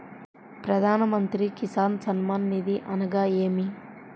ప్రధాన మంత్రి కిసాన్ సన్మాన్ నిధి అనగా ఏమి?